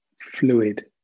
fluid